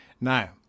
now